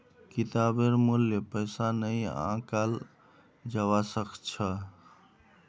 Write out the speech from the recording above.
किताबेर मूल्य पैसा नइ आंकाल जबा स ख छ